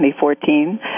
2014